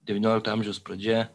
devyniolikto amžiaus pradžia